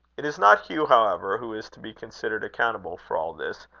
it is not hugh, however, who is to be considered accountable for all this,